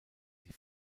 die